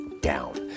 down